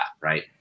right